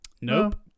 Nope